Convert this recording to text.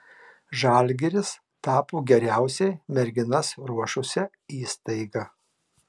žalgiris tapo geriausiai merginas ruošusia įstaiga